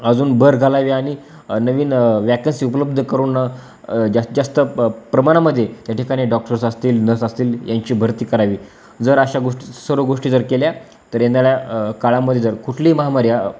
अजून भर घालावे आणि नवीन वॅकन्सी उपलब्ध करून जास्त जास्त ब प्रमाणामध्ये त्या ठिकाणी डॉक्टर्स असतील नर्स असतील यांची भरती करावी जर अशा गोष्टी सर्व गोष्टी जर केल्या तर येणाऱ्या काळामध्ये जर कुठलीही महामारी या